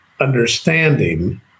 understanding